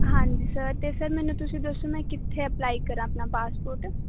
ਹਾਂਜੀ ਸਰ ਅਤੇ ਸਰ ਮੈਨੂੰ ਤੁਸੀਂ ਦੱਸੋ ਮੈਂ ਕਿੱਥੇ ਅਪਲਾਈ ਕਰਾਂ ਆਪਣਾ ਪਾਸਪੋਰਟ